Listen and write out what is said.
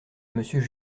monsieur